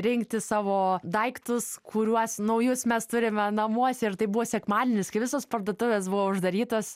rinkti savo daiktus kuriuos naujus mes turime namuose ir tai buvo sekmadienis kai visos parduotuvės buvo uždarytos